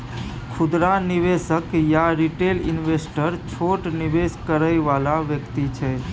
खुदरा निवेशक या रिटेल इन्वेस्टर छोट निवेश करइ वाला व्यक्ति छै